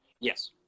Yes